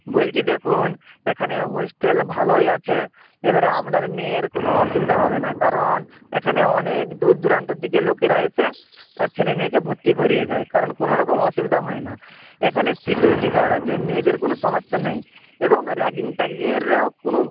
বলছি দেখুন এখানে হোস্টেল ভালোই আছে এবারে আপনার মেয়ের কোনো অসুবিধা হবে না কারণ এখানে অনেক দূরদূরান্ত থেকে লোকেরা এসে তার ছেলে মেয়েকে ভর্তি করিয়ে যায় কারণ কোনোরকম অসুবিধা হয় না এখানে সিকিউরিটি গার্ড আছে মেয়েদের কোনো সমস্যা নেই এবং র্যাগিং ট্যাগিং এরও কোনো